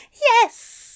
Yes